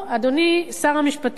אדוני שר המשפטים,